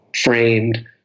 framed